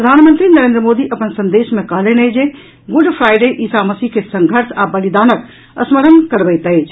प्रधानमंत्री नरेद्र मोदी अपन संदेश मे कहलनि अछि जे गुड फ्राइडे ईसा मसीह के संघर्ष आ बलिदानक स्मरण करबैत अछि